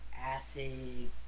acid